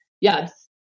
yes